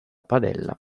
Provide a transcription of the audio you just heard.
padella